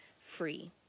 free